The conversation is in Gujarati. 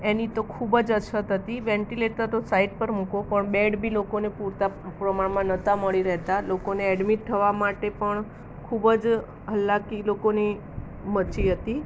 એની તો ખૂબ જ અછત હતી વેન્ટિલેટર તો સાઈડ પર મૂકો પણ બેડ બી લોકોને પૂરતા પ્રમાણમાં નહોતા મળી રહેતા લોકોને એડમિટ થવા માટે પણ ખૂબ જ હાલાકી એ લોકોની મચી હતી